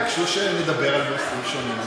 ביקשו שנדבר על נושאים שונים.